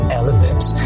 elements